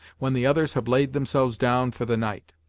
when the others have laid themselves down for the night.